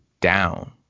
down